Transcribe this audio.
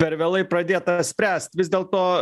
per vėlai pradėta spręst vis dėlto